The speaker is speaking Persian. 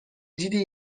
دیدی